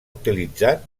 utilitzat